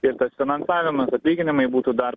ir tas finansavimas atlyginimai būtų dar